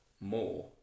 more